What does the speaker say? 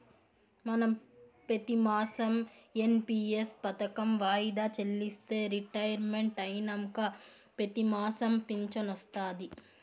మనం పెతిమాసం ఎన్.పి.ఎస్ పదకం వాయిదా చెల్లిస్తే రిటైర్మెంట్ అయినంక పెతిమాసం ఫించనొస్తాది